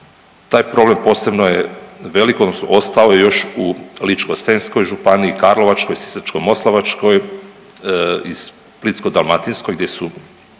Taj problem posebno je velik odnosno ostao je još u Ličko-senjskoj županiji, Karlovačkoj, Sisačko-moslavačkoj i Splitsko-dalmatinskoj gdje su